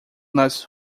nas